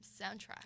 soundtrack